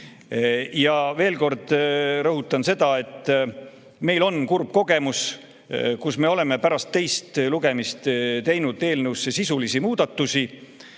Ja veel kord rõhutan seda, et meil on kurb kogemus, kus me oleme pärast teist lugemist teinud eelnõusse sisulisi muudatusi.